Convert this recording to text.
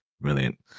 Brilliant